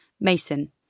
Mason